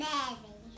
Mary